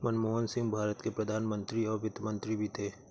मनमोहन सिंह भारत के प्रधान मंत्री और वित्त मंत्री भी थे